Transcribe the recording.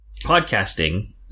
podcasting